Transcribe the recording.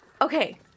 Okay